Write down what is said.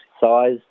size